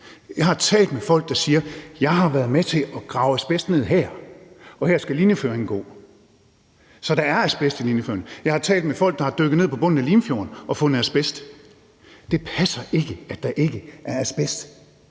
Jeg har talt med folk, der siger, at de har været med til at grave asbest ned der, hvor linjeføringen skal gå. Så der er asbest i linjeføringen. Jeg har talt med folk, der har dykket ned på bunden af Limfjorden og fundet asbest. Det passer ikke, at der ikke er asbest